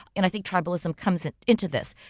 and i think tribalism comes and into this.